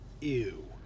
ew